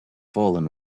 fallen